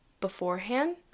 beforehand